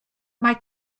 mae